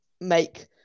make